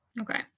Okay